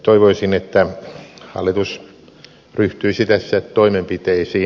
toivoisin että hallitus ryhtyisi tässä toimenpiteisiin